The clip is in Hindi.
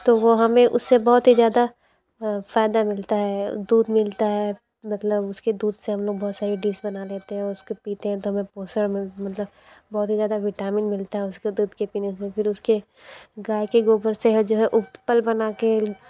तो वो हमें उसे बहुत ही ज़्यादा फ़ायदा मिलता है दूध मिलता है मतलब उसके दूध से हम लोग बहुत सारी डीस बना लेते हैं और उसके पीते हैं तो हमें पोषण मिल मिलता है बहुत ही ज़्यादा विटामिन मिलता है उसके पीने से फिर उसके गाय के गोबर से है जो है उपल बना के